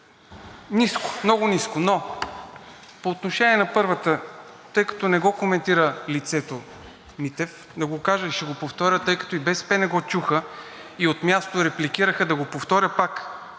низко, много низко. Но по отношение на първата, тъй като не го коментира лицето Митев, да го кажа и ще го повторя. Тъй като и БСП не го чуха, и от място репликираха, да го повторя пак.